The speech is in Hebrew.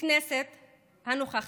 בכנסת הנוכחית,